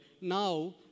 now